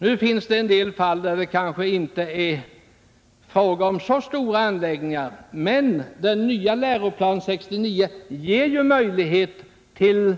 Nu finns det en del fall då det inte är fråga om så stora anläggningar, men den nya läroplanen för 1969 ger möjlighet till